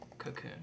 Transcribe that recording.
cocoon